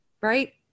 Right